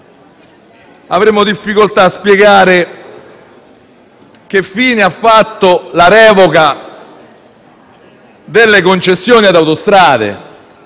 avremo difficoltà a spiegare che fine ha fatto la revoca delle concessioni alla società